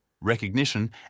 recognition